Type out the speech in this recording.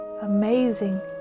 amazing